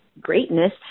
greatness